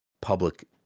public